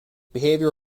behavior